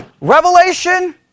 revelation